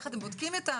איך אתם בודקים אותן,